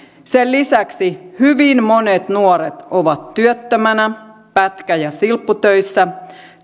sen lisäksi hyvin monet nuoret ovat työttöminä pätkä ja silpputöissä